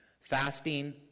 Fasting